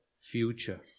future